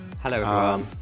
Hello